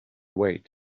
wait